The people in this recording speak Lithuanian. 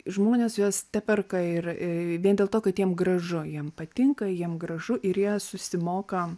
žmonės juos teperka ir vien dėl to kad jiem gražu jiem patinka jiem gražu ir jie susimoka